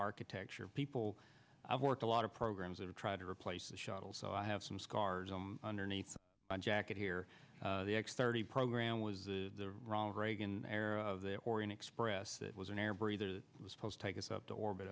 architecture people i've worked a lot of programs that have tried to replace the shuttle so i have some scars on underneath my jacket here the x thirty program was the ronald reagan era of the orient express that was an air breathers it was supposed to take us up to orbit